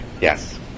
yes